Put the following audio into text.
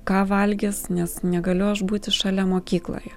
ką valgys nes negaliu aš būti šalia mokykloje